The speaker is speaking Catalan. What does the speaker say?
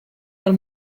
del